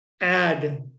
add